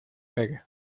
pegue